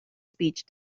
speech